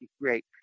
great